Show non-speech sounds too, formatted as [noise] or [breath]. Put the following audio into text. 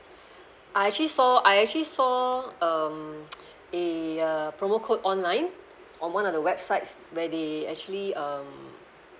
I actually saw I actually saw um [breath] a uh promo code online on one of the websites where they actually um